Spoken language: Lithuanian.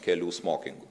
kelių smokingų